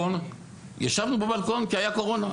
ישבנו בבלקון כי היה קורונה.